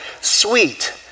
sweet